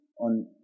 on